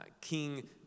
King